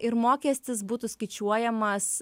ir mokestis būtų skaičiuojamas